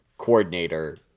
coordinator